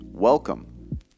Welcome